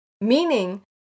Meaning